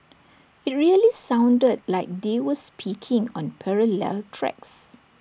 IT really sounded like they were speaking on parallel tracks